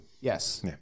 yes